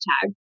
tag